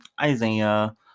isaiah